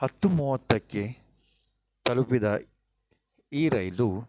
ಹತ್ತು ಮೂವತ್ತಕ್ಕೆ ತಲುಪಿದ ಈ ರೈಲು